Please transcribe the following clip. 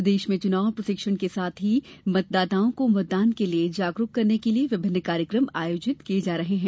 प्रदेश में चुनाव प्रशिक्षण के साथ ही मतदाताओं को मतदान के लिये जागरूक करने के लिये विभिन्न कार्यक्रम आयोजित किये जा रहे हैं